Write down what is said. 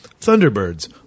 Thunderbirds